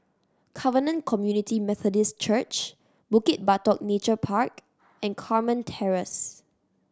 Covenant Community Methodist Church Bukit Batok Nature Park and Carmen Terrace